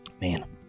man